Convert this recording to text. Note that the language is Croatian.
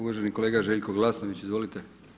Uvaženi kolega Željko Glasnović, izvolite.